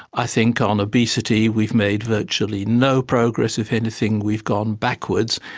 i think on obesity we've made virtually no progress, if anything we've gone backwards,